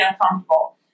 uncomfortable